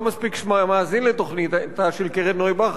מספיק מאזין לתוכניתה של קרן נויבך,